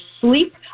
sleep